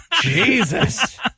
Jesus